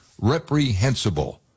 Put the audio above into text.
reprehensible